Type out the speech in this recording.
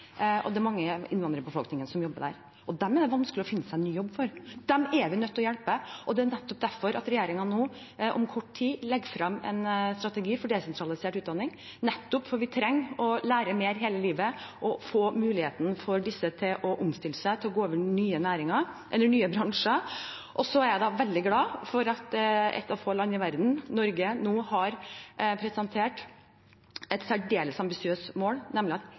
innvandrerbefolkningen som jobber der. For dem er det vanskelig å finne seg ny jobb. Dem er vi nødt til å hjelpe. Det er nettopp derfor regjeringen nå, om kort tid, legger frem en strategi for desentralisert utdanning, fordi vi trenger å lære mer hele livet, og disse må få muligheten til å omstille seg, til å gå over til nye næringer eller nye bransjer. Så er jeg veldig glad for at Norge, som et av få land i verden, nå har presentert et særdeles ambisiøst mål, nemlig at